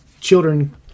children